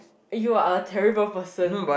you are a terrible person